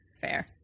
fair